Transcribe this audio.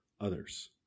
others